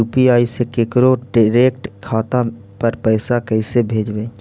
UPI से केकरो direct खाता पर पैसा कैसे भेजबै?